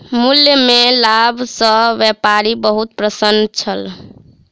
मूल्य में लाभ सॅ व्यापारी बहुत प्रसन्न छल